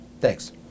thanks